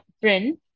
friend